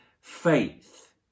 faith